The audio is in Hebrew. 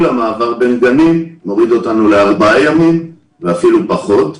המעבר בין גנים מוריד אותנו ל-4 ימים ואפילו פחות.